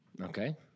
Okay